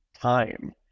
time